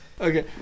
Okay